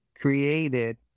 created